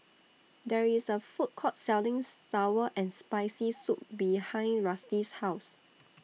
There IS A Food Court Selling Sour and Spicy Soup behind Rusty's House